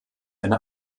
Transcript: eine